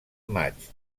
maig